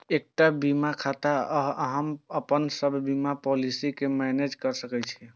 एकटा ई बीमा खाता सं अहां अपन सब बीमा पॉलिसी कें मैनेज कैर सकै छी